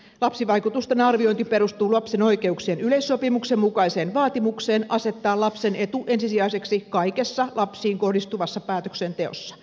lapsivaikutusten arviointi perustuu lapsen oikeuksien yleissopimuksen mukaiseen vaatimukseen asettaa lapsen etu ensisijaiseksi kaikessa lapsiin kohdistuvassa päätöksenteossa